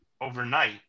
overnight